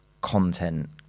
content